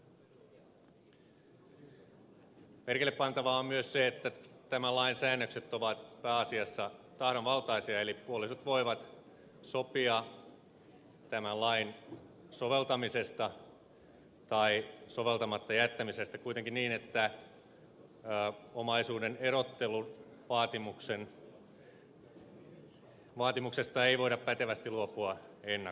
merkille pantavaa on myös se että tämän lain säännökset ovat pääasiassa tahdonvaltaisia eli puolisot voivat sopia tämän lain soveltamisesta tai soveltamatta jättämisestä kuitenkin niin että omaisuuden erotteluvaatimuksesta ei voida pätevästi luopua ennakolta